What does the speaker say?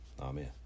Amen